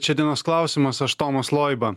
čia dienos klausimas aš tomas loiba